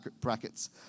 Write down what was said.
brackets